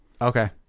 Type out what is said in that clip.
Okay